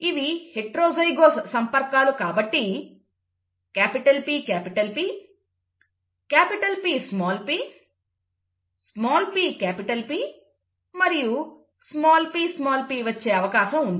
ఇవి హెటెరోజైగస్ సంపర్కాలు కాబట్టి PP Pp pP మరియు pp వచ్చే అవకాశం ఉంది